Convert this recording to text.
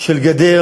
גדר